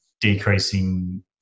decreasing